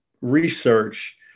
research